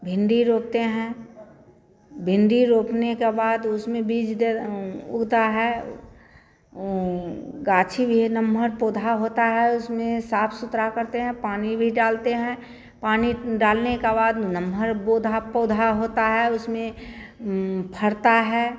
भिंडी रोपते हैं भिंडी रोपने के बाद उसमें बीज दे दें उगता है ऊ गाछी भी है नम्हर पौधा होता है उसमें साफ सुथरा करते हैं पानी भी डालते हैं पानी डालने का बाद नम्हर बोधा पौधा होता है उसमें फलता है